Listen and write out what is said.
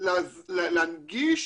להנגיש